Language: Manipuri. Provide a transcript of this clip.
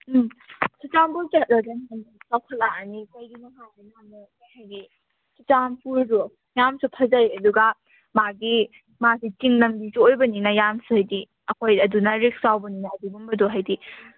ꯎꯝ ꯆꯨꯔꯆꯥꯟꯄꯨꯔ ꯆꯠꯂꯒꯅ ꯍꯦꯟꯅ ꯆꯥꯎꯈꯠꯂꯛꯑꯅꯤ ꯀꯩꯒꯤꯅꯣ ꯍꯥꯏꯔꯀꯥꯟꯗ ꯀꯩ ꯍꯥꯏꯗꯤ ꯆꯨꯔꯆꯥꯟꯄꯨꯔꯗꯣ ꯌꯥꯝꯅꯁꯨ ꯐꯖꯩ ꯑꯗꯨꯒ ꯃꯥꯒꯤ ꯃꯥꯁꯤ ꯆꯤꯡ ꯂꯝꯕꯤꯁꯨ ꯑꯣꯏꯕꯅꯤꯅ ꯌꯥꯝꯅꯁꯨ ꯍꯥꯏꯗꯤ ꯑꯩꯈꯣꯏ ꯑꯗꯨꯅ ꯔꯤꯛꯁ ꯆꯥꯎꯕꯅꯤꯅ ꯑꯗꯨꯒꯨꯝꯕꯗꯣ ꯍꯥꯏꯗꯤ